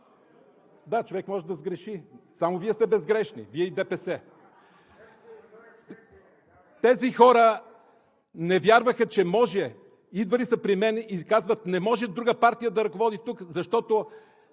Да, човек може да сгреши, само Вие сте безгрешни – Вие и ДПС! Тези хора не вярваха, че може – идва ли са при мен и казват: не може друга партия да ръководи тук, защото